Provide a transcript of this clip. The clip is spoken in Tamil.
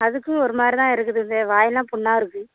அதுக்கும் ஒருமாதிரி தான் இருக்குது இந்த வாயெல்லாம் புண்ணாக இருக்கு